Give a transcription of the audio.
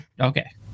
Okay